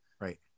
Right